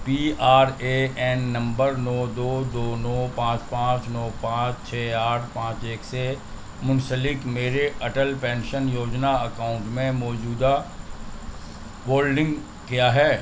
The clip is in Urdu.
P R A N number نو دو دو نو پانچ پانچ نو پانچ چھ آٹھ پانچ ایک سے منسلک میرے اٹل پینشن یوجنا اکاؤنٹ میں موجودہ ہولڈنگ کیا ہے